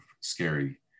scary